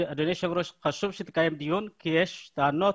אדוני היושב ראש, חשוב שתקיים דיון כי יש טענות.